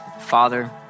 Father